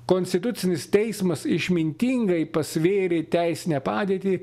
konstitucinis teismas išmintingai pasvėrė teisinę padėtį